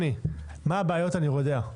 מה הבעיות אני יודע.